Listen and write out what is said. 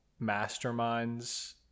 masterminds